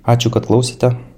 ačiū kad klausėte